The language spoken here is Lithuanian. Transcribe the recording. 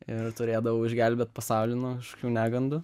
ir turėdavau išgelbėt pasaulį nuo kažkokių negandų